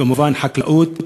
כמובן החקלאות,